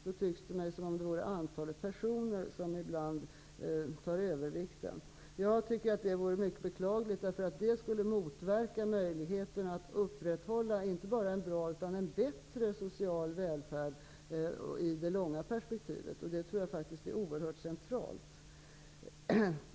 Då tycks det mig som om antalet personer är det som ibland tar övervikten. Jag tycker att det vore mycket beklagligt, därför att det skulle motverka möjligheten att upprätthålla inte bara en bra utan en bättre social välfärd i det långa perspektivet, och det tror jag faktiskt är oerhört centralt.